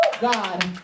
God